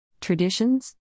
Traditions